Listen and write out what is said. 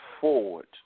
forward